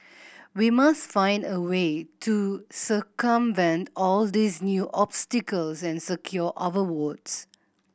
we must find a way to circumvent all these new obstacles and secure our votes